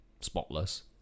spotless